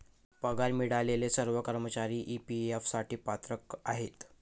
पगार मिळालेले सर्व कर्मचारी ई.पी.एफ साठी पात्र आहेत